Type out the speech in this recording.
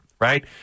right